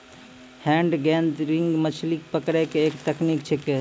hand gathering मछली पकड़ै के एक तकनीक छेकै